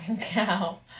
cow